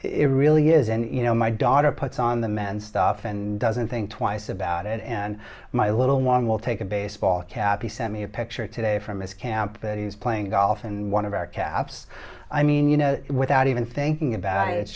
it really is and you know my daughter puts on the men stuff and doesn't think twice about it and my little one will take a baseball cap he sent me a picture today from his camp that he's playing golf and one of our caps i mean you know without even thinking about it it's